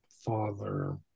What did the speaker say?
father